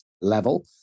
level